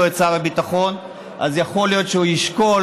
את תיק שר הביטחון אז יכול להיות שהוא ישקול,